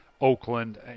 Oakland